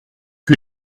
que